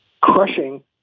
crushing